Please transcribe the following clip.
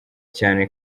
cyane